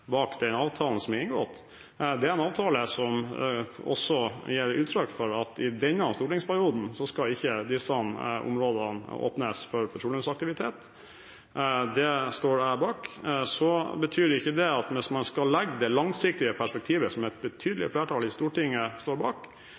bak den avtalen som er inngått. Det er en avtale som også gir uttrykk for at i denne stortingsperioden skal ikke disse områdene åpnes for petroleumsaktivitet. Det står jeg bak. Så betyr ikke det at hvis man skal legge det langsiktige perspektivet, som et betydelig flertall i Stortinget står bak,